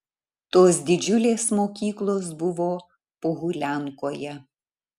tos didžiulės mokyklos buvo pohuliankoje